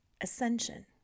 ascension